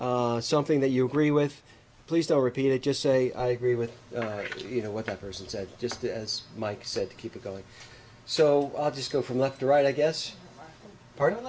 something that you agree with please don't repeat it just say i agree with it you know what that person said just as mike said to keep it going so i'll just go from left to right i guess par